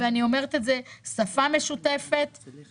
צריך